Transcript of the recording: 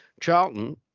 Charlton